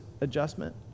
adjustment